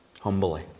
humbly